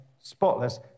spotless